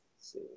see